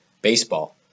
baseball